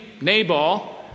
Nabal